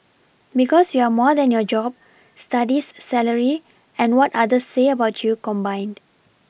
because you're more than your job Studies salary and what others say about you combined